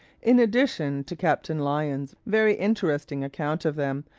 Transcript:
in addition to captain lyon's very interesting account of them,